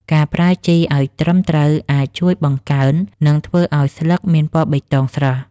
ការប្រើជីឲ្យត្រឹមត្រូវអាចជួយបង្កើនការលូតលាស់ និងធ្វើឲ្យស្លឹកមានពណ៌បៃតងស្រស់។